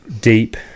deep